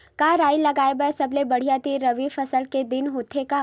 का राई लगाय बर सबले बढ़िया दिन रबी फसल के दिन होथे का?